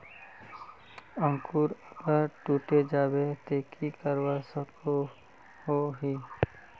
अंकूर अगर टूटे जाबे ते की करवा सकोहो ही?